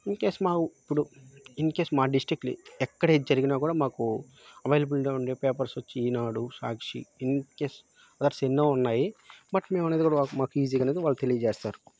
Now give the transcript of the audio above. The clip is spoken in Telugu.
ఇన్కేేస్ మా ఇప్పుడు ఇన్కేేస్ మా డిస్ట్రిక్ట్ ఇది ఎక్కడేది జరిగినా కూడా మాకు అవైలబిలిటీలో ఉండే పేపర్స్ వచ్చి ఈనాడు సాక్షి ఇన్కేేస్ అదర్స్ ఎన్నో ఉన్నాయి బట్ మేము అనేది కూడా మాకు ఈజీగా అనేది వాళ్ళు తెలియచేస్తారు